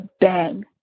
bang